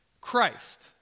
Christ